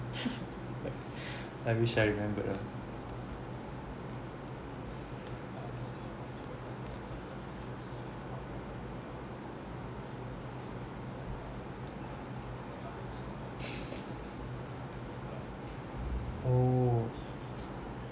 I wish I remembered lah oh